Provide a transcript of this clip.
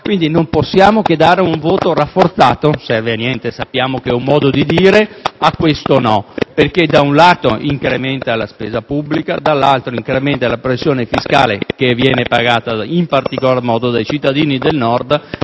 Quindi, non possiamo che dare un significato rafforzato - non serve a niente, sappiamo che è un modo di dire - a questo no perché, da un lato, si incrementa la spesa pubblica, dall'altro si incrementa la pressione fiscale, che viene sostenuta in particolar modo dai cittadini del Nord,